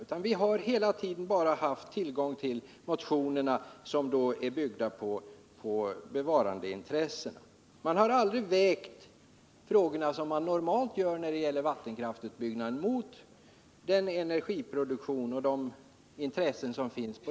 Vi har hela tiden bara haft tillgång till motionerna, som är byggda på bevarandeintressena. Man har aldrig vägt frågorna, som man normalt gör när det gäller vattenkraftsutbyggnad, mot energiproduktionens intressen.